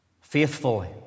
faithfully